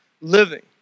living